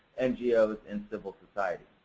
ngos and civil society.